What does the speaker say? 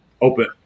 open